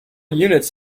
units